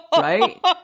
Right